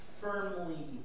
firmly